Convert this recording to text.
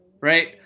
right